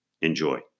Enjoy